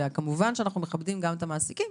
כמובן שאנחנו מכבדים גם את המעסיקים,